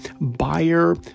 buyer